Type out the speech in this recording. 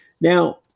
Now